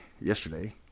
yesterday